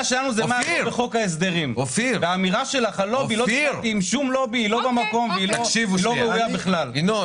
גם אני וגם ינון